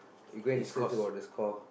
you go and search about the score